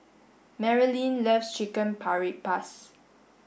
Marilynn loves Chicken Paprikas